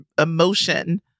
emotion